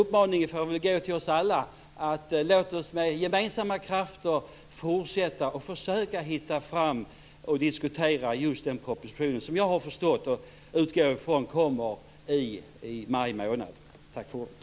Uppmaningen får väl gå till oss alla: Låt oss med gemensamma krafter fortsätta att försöka hitta fram till och diskutera just den proposition som jag utgår från kommer i maj månad. Tack för ordet!